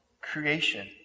creation